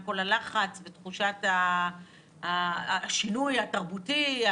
את כל הלחץ ותחושת השינוי התרבותי,